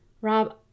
Rob